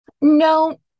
no